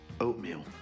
oatmeal